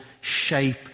shape